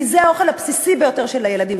כי זה האוכל הבסיסי ביותר של הילדים,